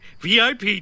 VIP